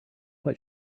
what